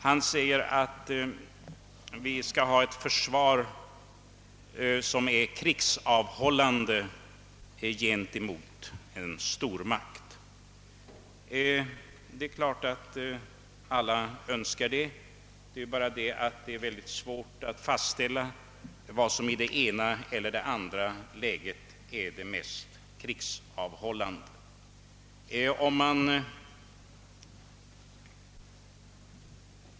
Han sade att vi skall ha ett försvar som är krigsavhållande för en stormakt. Det är klart att alla önskar detta, men det är mycket svårt att fastställa vad som i det ena eller andra läget är mest krigsavhållande.